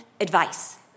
advice